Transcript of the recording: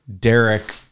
Derek